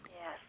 Yes